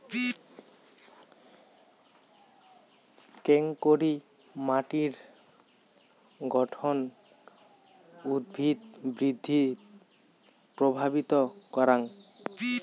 কেঙকরি মাটির গঠন উদ্ভিদ বৃদ্ধিত প্রভাবিত করাং?